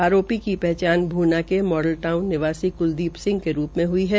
आरोपी की हचान भूना के मॉडल टाउन निवासी कुलदी सिंह के रू में हुई है